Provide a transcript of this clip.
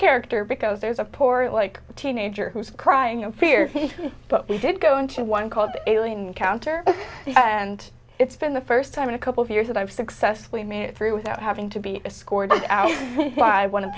character because there's a port like a teenager who's crying and fears but we did go into one called alien counter and it's been the first time in a couple of years that i've successfully made it through without having to be scored out by one of